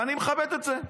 ואני מכבד את זה.